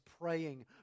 praying